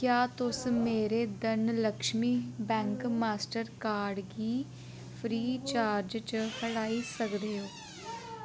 क्या तुस मेरे धनलक्ष्मी बैंक मास्टर कार्ड गी फ्री चार्ज चा हटाई सकदे ओ